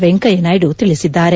ವೆಂಕಯ್ಲನಾಯ್ಲ ತಿಳಿಸಿದ್ದಾರೆ